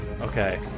Okay